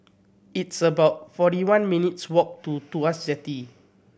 it's about forty one minutes' walk to Tuas Jetty